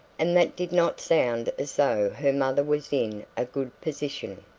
and that did not sound as though her mother was in a good position.